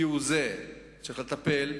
צריך לטפל,